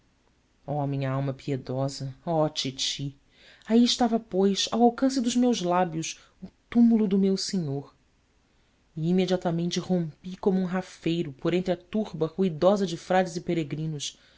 oh minha alma piedosa oh titi aí estava pois ao alcance dos meus lábios o túmulo do meu senhor e imediatamente rompi como um rafeiro por entre a turba ruidosa de frades e peregrinos